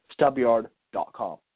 stubyard.com